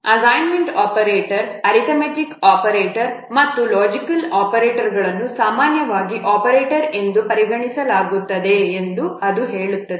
assignment operator arithmetic operator ಮತ್ತು logical ಆಪರೇಟರ್ಗಳನ್ನು ಸಾಮಾನ್ಯವಾಗಿ ಆಪರೇಟರ್ ಎಂದು ಪರಿಗಣಿಸಲಾಗುತ್ತದೆ ಎಂದು ಅದು ಹೇಳುತ್ತದೆ